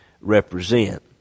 represent